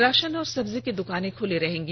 राषन और सब्जी की दुकानें खुली रहेंगी